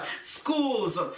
Schools